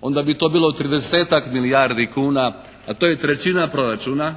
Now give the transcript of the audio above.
onda bi to bilo 30-tak milijardi kuna, a to je trećina proračuna